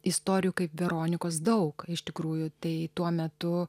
istorijų kaip veronikos daug iš tikrųjų tai tuo metu